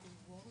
התשפ"א 2021 (ביטול),